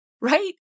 right